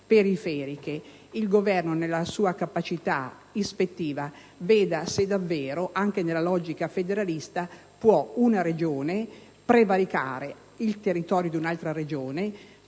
periferiche. Il Governo, nella sua capacità ispettiva, veda se davvero, anche nella logica federalista, una Regione può prevaricare il territorio di un'altra Regione,